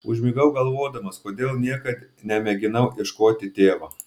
užmigau galvodamas kodėl niekad nemėginau ieškoti tėvo